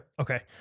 Okay